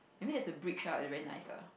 I mean that the bridge ah is very nice lah